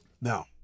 Now